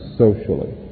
socially